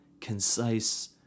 concise